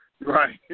Right